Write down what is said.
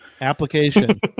application